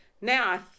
Now